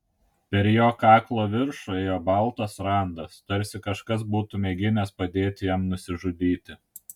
per jo kaklo viršų ėjo baltas randas tarsi kažkas būtų mėginęs padėti jam nusižudyti